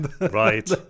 Right